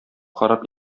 харап